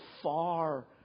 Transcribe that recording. far